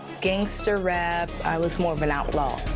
gangster rap, i was more of an outlaw.